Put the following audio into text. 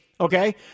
Okay